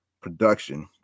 production